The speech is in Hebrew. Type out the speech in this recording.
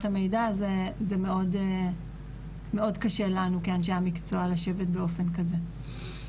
המידע אז זה מאוד קשה לנו כאנשי המקצוע לשבת באופן כזה.